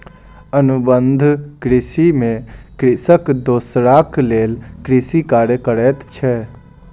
अनुबंध कृषि में कृषक दोसराक लेल कृषि कार्य करैत अछि